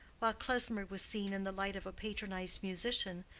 while klesmer was seen in the light of a patronized musician,